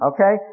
Okay